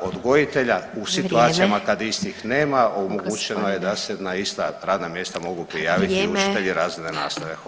odgojitelja [[Upadica: Vrijeme.]] u situacijama kad istih nema omogućeno je da se na ista radna mjesta mogu prijaviti učitelji [[Upadica: Vrijeme.]] razredne nastave, hvala.